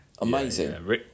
amazing